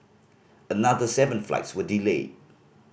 another seven flights were delayed